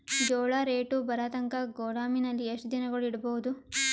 ಜೋಳ ರೇಟು ಬರತಂಕ ಗೋದಾಮಿನಲ್ಲಿ ಎಷ್ಟು ದಿನಗಳು ಯಿಡಬಹುದು?